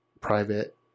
private